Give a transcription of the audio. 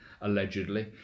allegedly